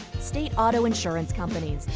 state auto insurance companies,